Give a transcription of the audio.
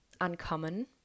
uncommon